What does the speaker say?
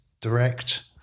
direct